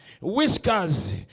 whiskers